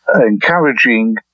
encouraging